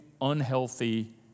unhealthy